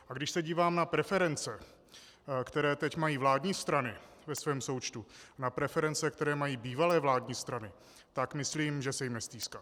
A když se dívám na preference, které teď mají vládní strany ve svém součtu, na preference, které mají bývalé vládní strany, tak myslím, že se jim nestýská.